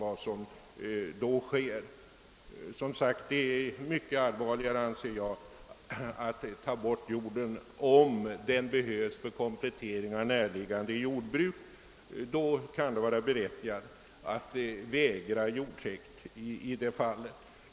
Jag anser att det är mycket allvarligare att ta bort sådan matjord som behövs för komplettering av närliggande jordbruk. Då kan det vara berättigat att vägra jordtäkt.